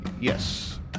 Yes